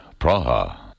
Praha